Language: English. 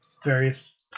Various